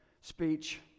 speech